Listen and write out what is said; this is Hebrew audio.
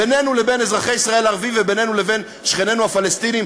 בינינו לבין אזרחי ישראל הערבים ובינינו לבין שכנינו הפלסטינים,